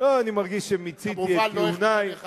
כמובן לא אכפה עליך לדבר.